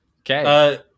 Okay